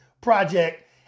project